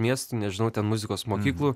miestų nežinau ten muzikos mokyklų